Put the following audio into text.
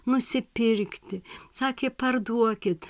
nusipirkti sakė parduokit